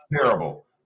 terrible